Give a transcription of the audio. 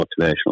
motivational